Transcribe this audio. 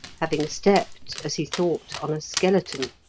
having stepped, as he thought, on a skeleton.